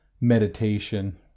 meditation